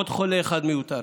עוד חולה אחד מיותר.